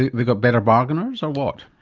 they got better bargainers or what?